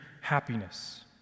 happiness